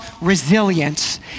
resilience